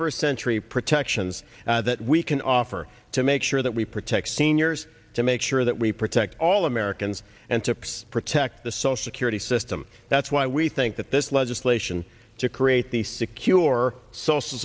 first century protections that we can offer to make sure that we protect seniors to make sure that we protect all americans and trips protect the social security system that's why we think that this legislation to create the secure social